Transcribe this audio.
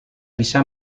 bisa